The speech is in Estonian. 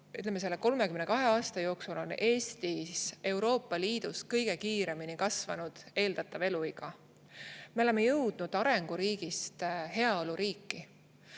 ütleme, selle 32 aasta jooksul on Eestis Euroopa Liidus kõige kiiremini kasvanud eeldatav eluiga. Me oleme jõudnud arenguriigist heaoluriiki.